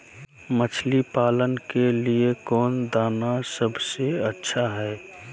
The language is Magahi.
मछली पालन के लिए कौन दाना सबसे अच्छा है?